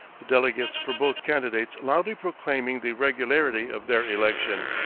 the delegates for both candidates loudly proclaiming the regularity of their election.